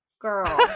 Girl